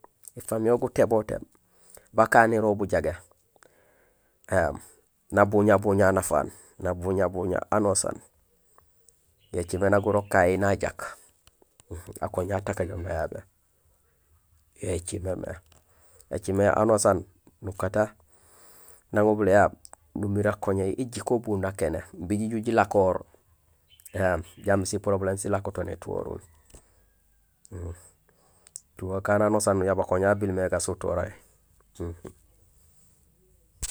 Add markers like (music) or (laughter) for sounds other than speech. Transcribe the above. Ēfamiyol gutébotéén, bakanérool bujagé, (hesitation) nabuñabuña anafaan, nabuñabuña anusaan yo écimé nak gurok kahi najaak, akoña atakajoom nayabé, yo écimémé, écimé anusaan nukata nang ubil éyaab numiir akoñayi éjiko bu nakéné imbi jiju jilakoor, jambi si poblème silako to nétuhoruul. Atuhee akaan anusaan nujaab akoña ha bil mé gasuturahi